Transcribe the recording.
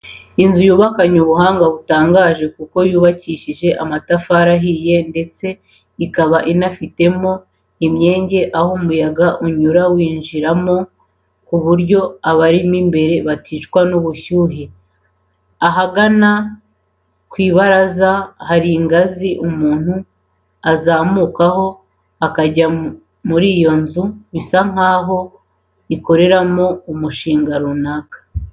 Inzu yubakanye ubuhanga butangaje kuko yubakishije amatafari ahiye ndetse ikaba inafitemo imyenge aho umuyaga unyura uyinjiramo ku buryo abarimo imbere baticwa n'ubushyuhe. Ahagana ku ibaraza hari ingazi umuntu azamukaho ajya muri iyo nzu bisa nkaho ikoreramo umushinga runaka.